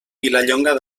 vilallonga